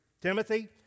Timothy